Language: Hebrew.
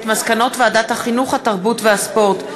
להצעה לסדר-היום ולהעביר את הנושא לוועדת הפנים והגנת הסביבה נתקבלה.